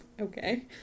Okay